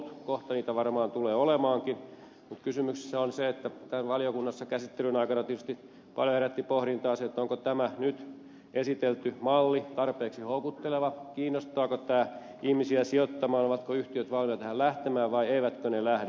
kohta niitä varmaan tulee olemaankin mutta valiokunnassa käsittelyn aikana tietysti paljon herätti pohdintaa se onko tämä nyt esitelty malli tarpeeksi houkutteleva kiinnostaako tämä ihmisiä sijoittamaan ovatko yhtiöt valmiita tähän lähtemään vai eivätkö ne lähde